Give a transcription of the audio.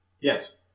Yes